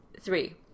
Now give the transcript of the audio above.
Three